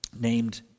named